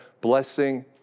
blessing